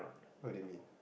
what do you mean